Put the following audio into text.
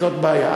וזאת בעיה.